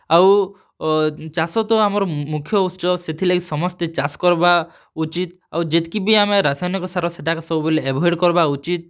ଆଉ ଚାଷ ତ ଆମର ମୁଖ୍ୟ ଉତ୍ସ ସେଥିର୍ଲାଗି ସମସ୍ତେ ଚାଷ୍ କର୍ବା ଉଚିତ୍ ଆଉ ଯେତ୍କି ବି ଆମେ ରାସାୟନିକ ସାର ସେତାକେ ସବୁବେଲେ ଆଭୋଏଡ଼୍ କର୍ବାର୍ ଉଚିତ୍